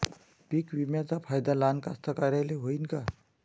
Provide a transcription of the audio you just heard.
पीक विम्याचा फायदा लहान कास्तकाराइले होईन का?